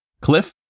Cliff